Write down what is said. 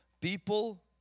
people